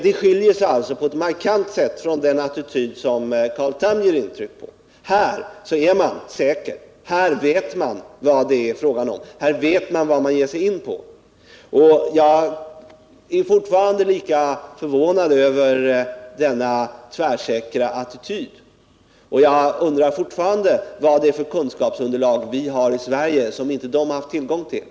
Den skiljer sig alltså på ett markant sätt från den attityd som Carl Tham intar. Här är man säker, här vet man vad det är fråga om, här vet man vad man ger sig in på. Jag är fortfarande lika förvånad över denna tvärsäkra attityd, och 13 jag undrar alltjämt vad det är för kunskapsunderlag som vi har i Sverige och som man i USA inte har tillgång till.